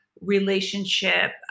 relationship